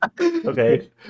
okay